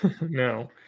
No